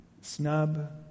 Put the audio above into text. snub